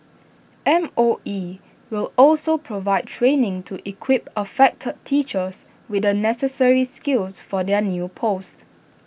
M O E will also provide training to equip affected teachers with the necessary skills for their new posts